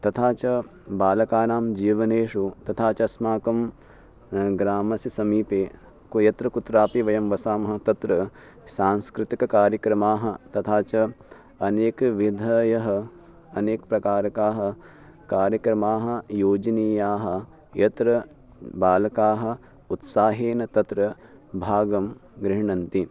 तथा च बालकानां जीवनेषु तथा च अस्माकं ग्रामस्य समीपे कुत्र यत्र कुत्रापि वयं वसामः तत्र संस्कृतिककार्यक्रमाः तथा च अनेकविधयः अनेकप्रकारकाः कार्यक्रमाः योजनीयाः यत्र बालकाः उत्साहेन तत्र भागं गृह्णन्ति